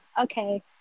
okay